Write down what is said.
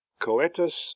coetus